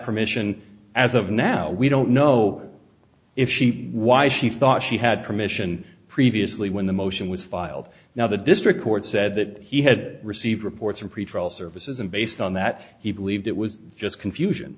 permission as of now we don't know if she why she thought she had permission previously when the motion was filed now the district court said that he had received reports from pretrial services and based on that he believed it was just confusion